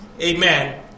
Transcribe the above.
Amen